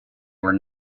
were